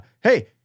Hey